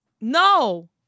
No